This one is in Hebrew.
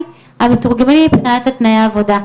המתורגמנית העלתה את תנאי העבודה.